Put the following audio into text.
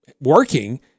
working